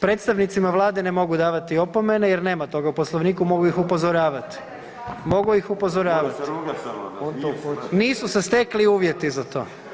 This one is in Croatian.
Predstavnicima Vlade ne mogu davati opomene jer nema toga u Poslovniku, mogu ih upozoravati, mogu ih upozoravati, nisu se stekli uvjeti za to.